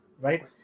right